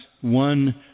one